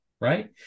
right